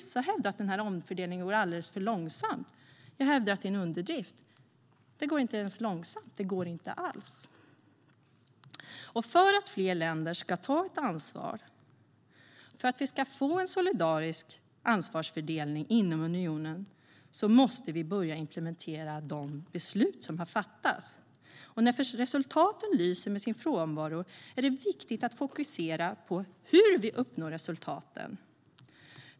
Vissa hävdar att omfördelningen går alldeles för långsamt. Det är en underdrift. Det går inte ens långsamt. Det går inte alls. För att fler länder ska ta ansvar, för att vi ska få en solidarisk ansvarsfördelning inom unionen, måste vi börja implementera de beslut som har fattats. När resultaten lyser med sin frånvaro är det viktigt att fokusera på hur vi ska uppnå resultat.